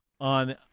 on